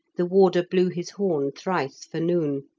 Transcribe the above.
the warder blew his horn thrice for noon.